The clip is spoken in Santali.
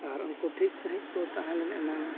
ᱟᱨ ᱩᱱᱠᱩ ᱴᱷᱤᱠ ᱥᱟᱺᱦᱤᱡ ᱠᱚ ᱛᱟᱦᱮᱸᱞᱮᱱ ᱮᱱᱟᱝ